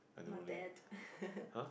my dad